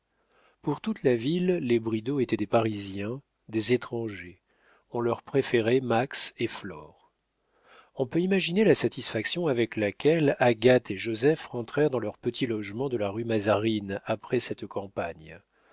pour toute la ville les bridau étaient des parisiens des étrangers on leur préférait max et flore on peut imaginer la satisfaction avec laquelle agathe et joseph rentrèrent dans leur petit logement de la rue mazarine après cette campagne